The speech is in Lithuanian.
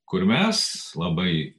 kur mes labai